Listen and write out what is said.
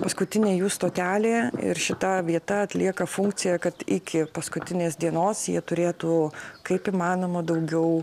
paskutinė jų stotelė ir šita vieta atlieka funkciją kad iki paskutinės dienos jie turėtų kaip įmanoma daugiau